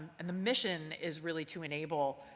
and the mission is really to enable,